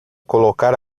colocar